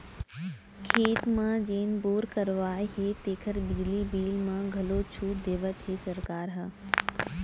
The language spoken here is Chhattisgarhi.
खेत म जेन बोर करवाए हे तेकर बिजली बिल म घलौ छूट देवत हे सरकार ह